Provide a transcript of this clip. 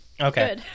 Okay